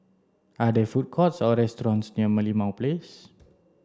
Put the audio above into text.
are there food courts or restaurants near Merlimau Place